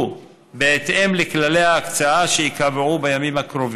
בהתאם לכללי ההקצאה שייקבעו בימים הקרובים.